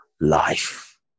life